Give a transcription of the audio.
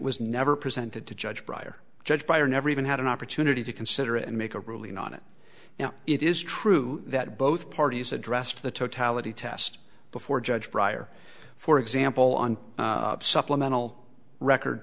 was never presented to judge bryer judge by or never even had an opportunity to consider it and make a ruling on it now it is true that both parties addressed the totality test before judge pryor for example on supplemental record